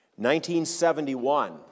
1971